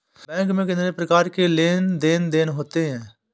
Bank में कितनी प्रकार के लेन देन देन होते हैं?